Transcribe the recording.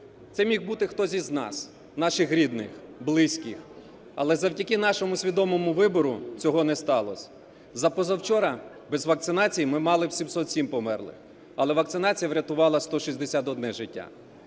Це міг бути хтось із нас, наших рідних, близьких, але завдяки нашому свідомому вибору цього не сталось. За позавчора без вакцинації ми мали б 707 померлих, але вакцинація врятувала 161 життя.